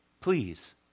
Please